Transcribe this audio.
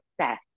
success